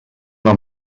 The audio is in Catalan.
una